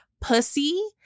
pussy